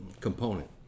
component